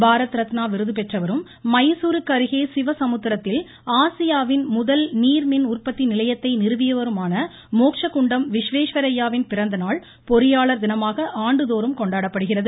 பாரத ரத்னா விருது பெற்றவரும் மைசூருக்கு அருகே சிவசமுத்திரத்தில் ஆசியாவின் முதல் நீர்மின் உற்பத்தி நிலையத்தை நிறுவியவருமான மோக்ச குண்டம் விஸ்வேஸ்வரய்யாவின் பிறந்த நாள் பொறியாளர் தினமாக கொண்டாடப்படுகிறது